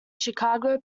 chicago